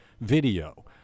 video